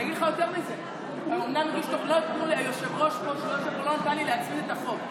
אני אגיד לך יותר מזה: היושב-ראש פה לא נתן לי להצמיד את החוק.